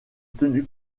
tenue